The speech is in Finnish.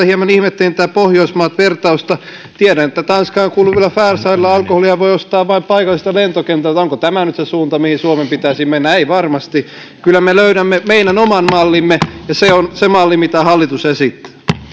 hieman ihmettelin edustaja heikkisen pohjoismaat vertausta tiedän että tanskaan kuuluvilla färsaarilla alkoholia voi ostaa vain paikalliselta lentokentältä onko tämä nyt se suunta mihin suomen pitäisi mennä ei varmasti kyllä me löydämme meidän oman mallimme ja se on se malli jota hallitus esittää